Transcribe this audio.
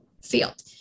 field